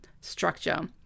structure